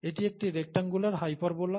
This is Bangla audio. এটি একটি রেক্টাঙ্গুলার হাইপারবোলা